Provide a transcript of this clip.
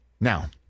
Now